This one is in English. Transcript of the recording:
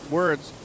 words